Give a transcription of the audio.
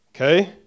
Okay